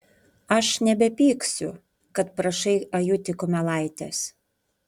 aš nebepyksiu kad prašai ajutį kumelaitės